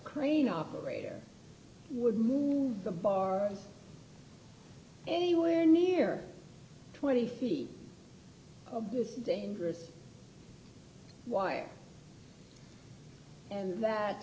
crane operator would move the bar anywhere near twenty feet of this dangerous wire and that